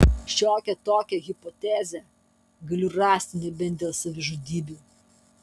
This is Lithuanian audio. šiokią tokią hipotezę galiu rasti nebent dėl savižudybių